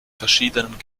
verschiedenen